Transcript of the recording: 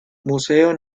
museo